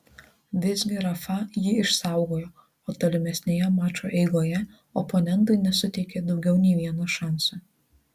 visgi rafa jį išsaugojo o tolimesnėje mačo eigoje oponentui nesuteikė daugiau nei vieno šanso